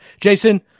Jason